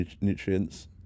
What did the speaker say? nutrients